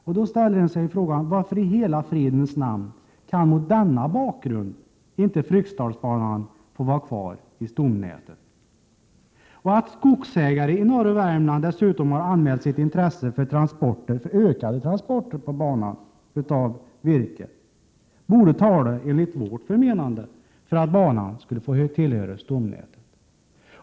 Varför i hela fridens namn kan Fryksdalsbanan mot denna bakgrund inte få var kvar i stomnätet? Att skogsägare i norra Värmland dessutom har anmält sitt intresse för ökade transporter av virke på banan borde, enligt vårt förmenande, tala för att banan skall få tillhöra stomnätet.